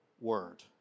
word